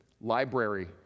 library